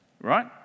Right